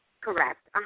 Correct